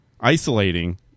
isolating